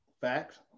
Facts